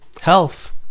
health